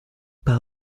par